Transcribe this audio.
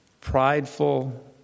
prideful